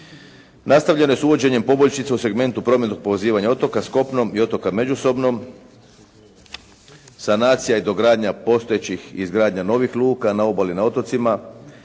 Nastavljeno je s uvođenjem poboljšica u segmentu prometnog povezivanja otoka s kopnom i otoka međusobno, sanacija i dogradnja postojećih i izgradnja novih luka na obali i na otocima.